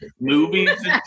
movies